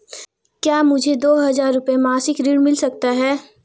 क्या मुझे दो हज़ार रुपये मासिक ऋण मिल सकता है?